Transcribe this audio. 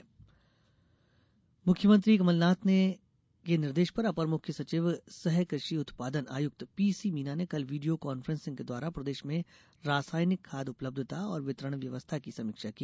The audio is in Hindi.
सीएम वीडियो कांफ्रेंसिंग मुख्यमंत्री कमलनाथ के निर्देश पर अपर मुख्य सचिव सह कृषि उत्पादन आयुक्त पीसी मीना ने कल वीडियो कांफ्रेंसिग द्वारा प्रदेश में रासायनिक खाद उपलब्धता और वितरण व्यवस्था की समीक्षा की